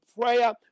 prayer